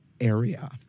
area